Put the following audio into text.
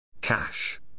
Cash